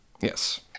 Yes